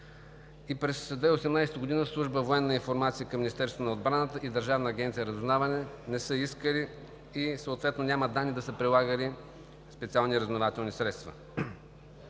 И през 2018 г. Служба „Военна информация“ към Министерството на отбраната и Държавна агенция „Разузнаване“ не са искали и съответно няма данни да са прилагали специални разузнавателни средства.